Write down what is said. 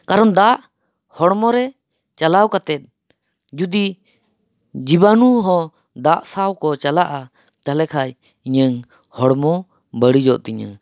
ᱠᱟᱨᱚᱱ ᱫᱟᱜ ᱦᱚᱲᱢᱚ ᱨᱮ ᱪᱟᱞᱟᱣ ᱠᱟᱛᱮᱫ ᱡᱩᱫᱤ ᱡᱤᱵᱟᱱᱩ ᱦᱚᱸ ᱫᱟᱜ ᱥᱟᱶ ᱠᱚ ᱪᱟᱞᱟᱜᱼᱟ ᱛᱟᱦᱚᱞᱮ ᱠᱷᱟᱡ ᱤᱧᱟᱹᱝ ᱦᱚᱲᱢᱚ ᱵᱟᱹᱲᱤᱡᱚᱜ ᱛᱤᱧᱟᱹ